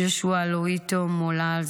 ג'ושוע לואיטו מולל,